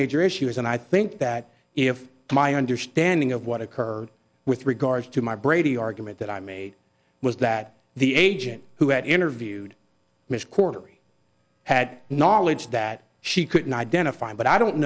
major issues and i think that if my understanding of what occurred with regard to my brady argument that i made was that the agent who had interviewed miss corey had knowledge that she couldn't identify him but i don't